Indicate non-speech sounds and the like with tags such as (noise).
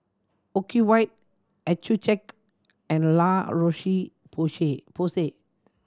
Ocuvite Accucheck and La Roche (unintelligible) Porsay